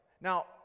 Now